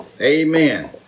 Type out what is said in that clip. Amen